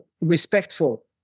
respectful